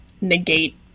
negate